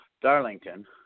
Darlington